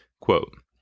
quote